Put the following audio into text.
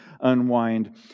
unwind